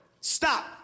stop